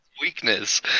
weakness